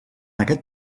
aquest